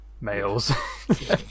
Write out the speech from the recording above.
males